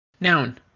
noun